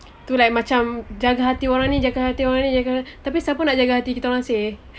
to like macam jaga hati orang ni jaga hati orang ni jaga hati tapi siapa nak jaga hati kita orang seh